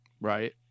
Right